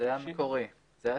זה המקורי.